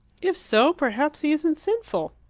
if so, perhaps he isn't sinful!